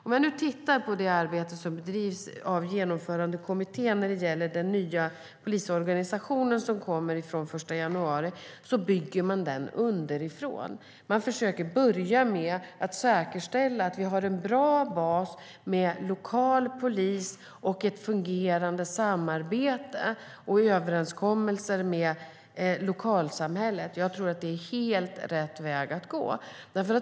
Om jag tittar på det arbete som bedrivs av Genomförandekommittén när det gäller den nya polisorganisationen, som ska börja gälla den 1 januari, ser jag att den byggs underifrån. Man försöker börja med att säkerställa att vi har en bra bas med lokal polis, ett fungerande samarbete och överenskommelse med lokalsamhället. Jag tror att det är helt rätt väg att gå.